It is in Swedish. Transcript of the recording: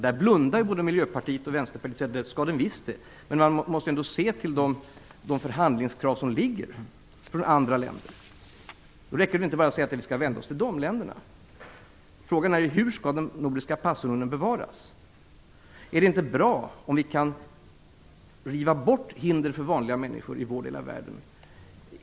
Där blundar både Miljöpartiet och Vänsterpartiet och säger att det skall den visst. Man måste ändå se till de förhandlingskrav som ligger från andra länder. Då räcker det inte bara att säga att vi skall vända oss till de länderna. Frågan är hur den nordiska passunionen skall bevaras. Är det inte bra om vi kan riva bort hinder för vanliga människor i vår lilla värld?